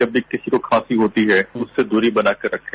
जब भी किसी को खासी होती है उससे दूरी बनाकर रखें